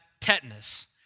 tetanus